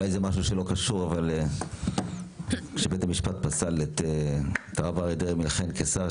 אולי זה משהו שלא קשור אבל כשבית המשפט פסל את הרב אריה דרעי מלכהן כשר,